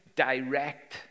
direct